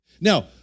Now